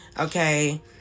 Okay